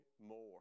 More